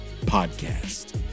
Podcast